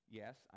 yes